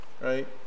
right